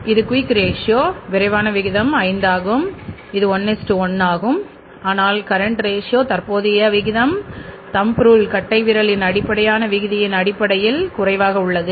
இப்போது quick ratio கட்டைவிரலின் நிலையான விதியை விட குறைவாக உள்ளது